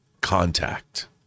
Contact